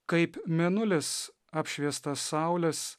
kaip mėnulis apšviestas saulės